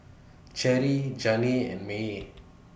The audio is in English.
Cherry Janae and Maye